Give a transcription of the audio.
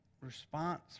response